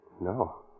No